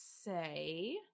say